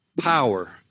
power